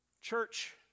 Church